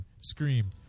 scream